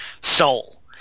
soul